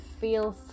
feels